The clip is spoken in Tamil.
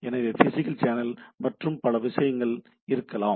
எனவே ஒரு பிசிகல் சேனல் மற்றும் பல விஷயங்கள் இருக்கலாம்